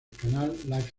canal